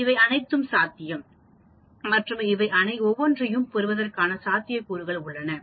இவை அனைத்தும் சாத்தியம் மற்றும்அவை ஒவ்வொன்றையும் பெறுவதற்கான சாத்தியக்கூறுகள் உள்ளன